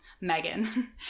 Megan